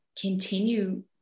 continue